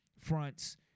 fronts